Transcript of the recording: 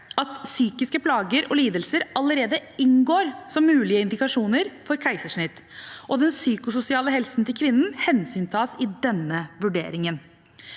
at psykiske plager og lidelser allerede inngår som mulige indikasjoner for keisersnitt, og den psykososiale helsen til kvinnen hensyntas i denne vurderingen.